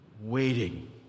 waiting